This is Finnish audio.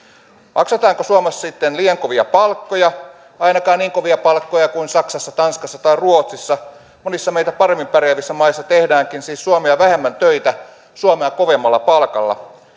maksetaanko suomessa sitten liian kovia palkkoja ei ainakaan niin kovia palkkoja kuin saksassa tanskassa tai ruotsissa monissa meitä paremmin pärjäävissä maissa tehdäänkin siis suomea vähemmän töitä suomea kovemmalla palkalla